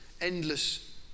endless